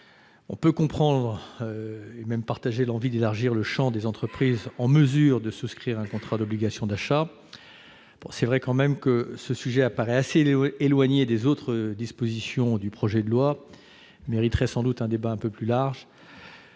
On peut comprendre, et même éprouver l'envie d'élargir le champ des entreprises en mesure de souscrire un contrat d'obligation d'achat. Toutefois, il faut l'admettre, ce sujet paraît assez éloigné des autres dispositions du présent projet de loi ; il mériterait sans doute un débat plus large.